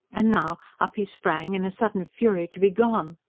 and now up he sprang, in a sudden fury to be gone.